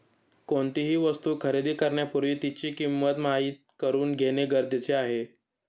कोणतीही वस्तू खरेदी करण्यापूर्वी तिची किंमत माहित करून घेणे गरजेचे आहे